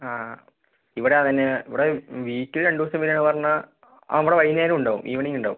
ഇവിടെ അതു തന്നെയാണ് ഇവിടെ വീക്കിലി രണ്ടു ദിവസം വരികയെന്ന് പറഞ്ഞാൽ അവിടെ വൈകുന്നേരവും ഉണ്ടാവും ഈവനിങ്ങും ഉണ്ടാവും